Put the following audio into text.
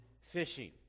fishing